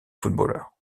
footballeur